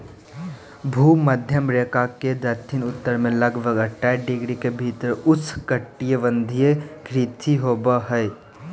भूमध्य रेखा के दक्षिण उत्तर में लगभग अट्ठाईस डिग्री के भीतर उष्णकटिबंधीय कृषि होबो हइ